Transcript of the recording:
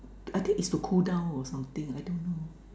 I think it's cool down or something I don't know